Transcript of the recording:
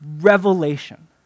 revelation